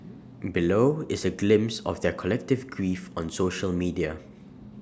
below is A glimpse of their collective grief on social media